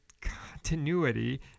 continuity